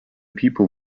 people